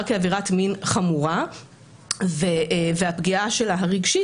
כעבירת מין חמורה והפגיעה שלה הרגשית,